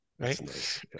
Right